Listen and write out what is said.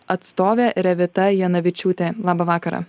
atstovė revita janavičiūtė labą vakarą